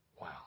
Wow